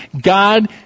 God